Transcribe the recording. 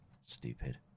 stupid